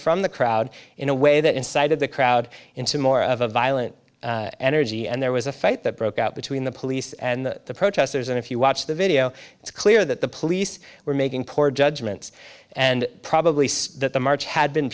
from the crowd in a way that incited the crowd into more of a violent energy and there was a fight that broke out between the police and the protesters and if you watch the video it's clear that the police were making poor judgments and probably that the march had been